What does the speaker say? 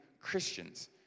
Christians